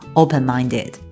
open-minded